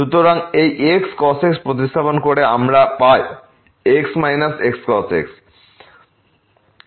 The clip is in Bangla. সুতরাং এই xcos x প্রতিস্থাপন করে আমরা পাই x xcos x